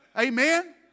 Amen